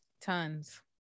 tons